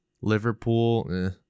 Liverpool